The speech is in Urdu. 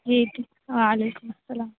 جی ٹھیک وعلیکم السّلام